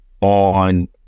on